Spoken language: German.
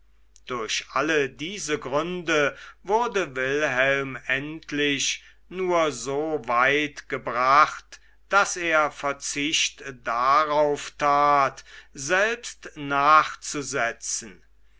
durch all diese gründe wurde wilhelm endlich nur so weit gebracht daß er verzicht darauf tat selbst nachzusetzen